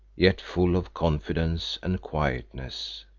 yet full of confidence and quietness.